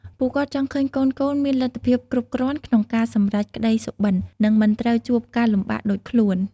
ពួកគាត់ចង់ឃើញកូនៗមានលទ្ធភាពគ្រប់គ្រាន់ក្នុងការសម្រេចក្ដីសុបិន និងមិនត្រូវជួបការលំបាកដូចខ្លួន។